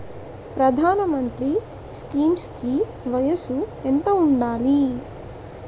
ప్రధాన మంత్రి స్కీమ్స్ కి వయసు ఎంత ఉండాలి?